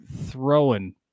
throwing